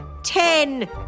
Ten